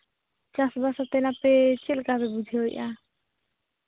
ᱪᱟᱥᱼᱵᱟᱥ ᱠᱟᱛᱮᱫ ᱟᱯᱮ ᱪᱮᱫ ᱞᱮᱠᱟ ᱯᱮ ᱵᱩᱡᱷᱟᱹᱣ ᱮᱫᱼᱟ